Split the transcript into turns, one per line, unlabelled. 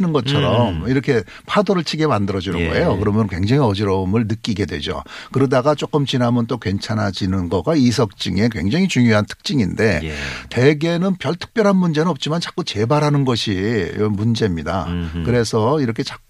것처럼
음.
이렇게 파도를 치게 만들어주는
예.
거예요. 그러면 굉장히 어지러움을 느끼게 되죠. 그러다가 조금 지나면 또 괜찮아지는 거가 이석증의 굉장히 중요한 특징인데
예.
대개는 별 특별한 문제는 없지만 자꾸 재발하는 것이 문제입니다.
음흠.
그래서 이렇게 자꾸